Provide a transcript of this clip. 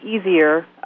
easier